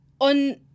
On